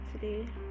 today